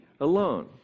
alone